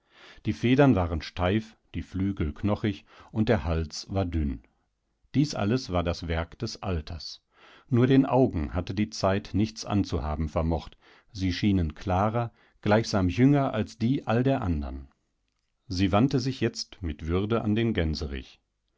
die federn waren steif die flügel knochig und der hals war dünn diesalleswardaswerkdesalters nurdenaugenhattediezeitnichts anzuhaben vermocht sie schienen klarer gleichsam jünger als die all der andern sie wandte sich jetzt mit würde an den gänserich